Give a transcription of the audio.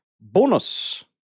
Bonus